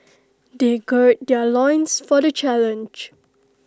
they gird their loins for the challenge